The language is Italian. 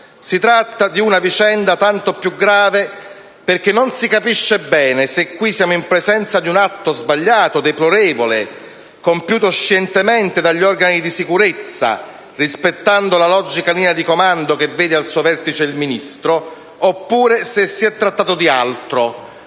Si tratta di una vicenda tanto più grave, perché non si capisce bene se qui siamo qui in presenza di un atto sbagliato, deplorevole, compiuto scientemente dagli organi di sicurezza, rispettando la logica linea di comando che vede al suo vertice il Ministro, oppure se si è trattato di altro: